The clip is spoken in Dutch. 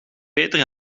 peter